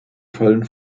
fallen